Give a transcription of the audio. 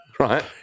Right